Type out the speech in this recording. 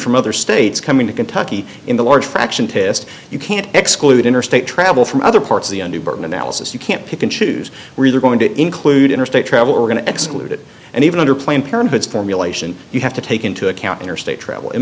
from other states coming to kentucky in the large fraction test you can't exclude interstate travel from other parts of the new birth analysis you can't pick and choose we're going to include interstate travel or going to exclude it and even under planned parenthood's formulation you have to take into account interstate travel it